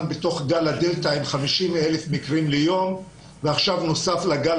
בתוך גל ה-דלתא עם 50 אלף מקרים ליום ועכשיו נוסף לה גל